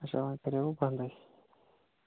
اچھا وۄنۍ کریوٕ بَندٕے